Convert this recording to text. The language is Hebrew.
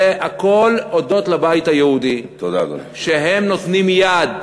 זה הכול הודות לבית היהודי, שנותנים יד